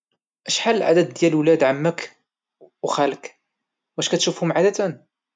شحال الولاد ديال ولاد عمك او خالك؟ واش كتشوفهم عادة؟